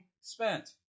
spent